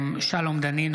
גילה גמליאל,